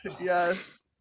yes